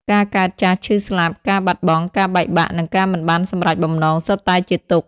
ការកើត ចាស់ ឈឺ ស្លាប់ ការបាត់បង់ ការបែកបាក់ និងការមិនបានសម្រេចបំណងសុទ្ធតែជាទុក្ខ។